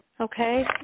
Okay